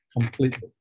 completely